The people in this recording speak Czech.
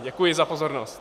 Děkuji za pozornost.